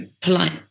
polite